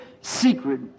secret